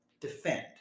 defend